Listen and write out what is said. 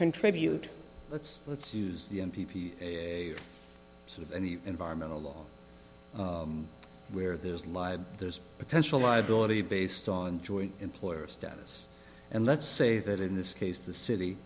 contribute let's let's use the environmental law where there's life there's potential liability based on employer stones and let's say that in this case the city